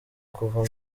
kuva